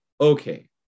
okay